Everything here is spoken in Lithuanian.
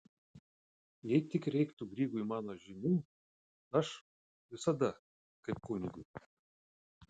jei tik reiktų grygui mano žinių aš visada kaip kunigui